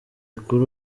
kuri